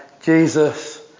Jesus